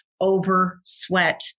over-sweat